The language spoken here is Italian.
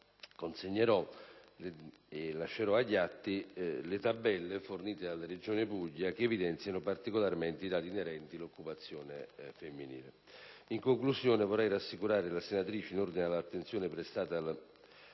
consegnerò alla senatrice stessa le tabelle fornite dalla Regione Puglia che evidenziano, particolarmente, i dati inerenti l'occupazione femminile. In conclusione, vorrei rassicurare la senatrice in ordine all'attenzione prestata